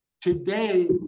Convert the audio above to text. Today